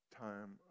time